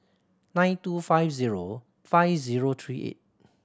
nine two five zero five zero three eight